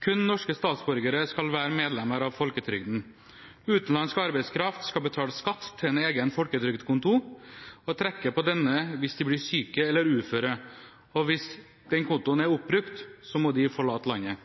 Kun norske statsborgere skal være medlemmer av folketrygden. Utenlandsk arbeidskraft skal betale skatt til en egen folketrygdkonto og trekke på denne hvis de blir syke eller uføre, og hvis den kontoen er oppbrukt, må de forlate landet.